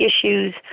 issues